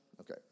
Okay